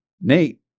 Nate